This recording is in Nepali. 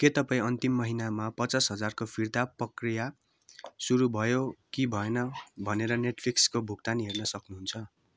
के तपाईँ अन्तिम महिनामा पचास हजारको फिर्ता प्रक्रिया सुरु भयो कि भएन भनेर नेटफ्लिक्सको भुक्तानी हेर्न सक्नुहुन्छ